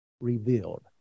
revealed